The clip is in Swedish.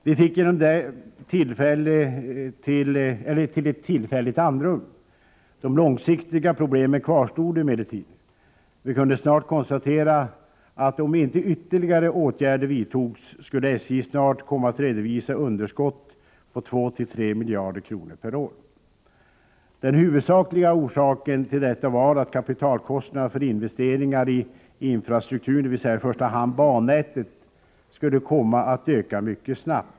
Vi fick genom det här ett tillfälligt andrum. De långsiktiga problemen kvarstod emellertid. Vi kunde snart konstatera att om inte ytterligare åtgärder vidtogs skulle SJ snart komma att redovisa underskott på 2-3 miljarder per år. Den huvudsakliga orsaken till detta var att kapitalkostnaderna för investeringar i infrastrukturen, dvs. i första hand bannätet, skulle komma att öka mycket snabbt.